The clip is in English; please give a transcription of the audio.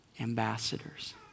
ambassadors